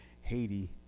haiti